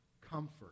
comfort